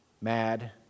mad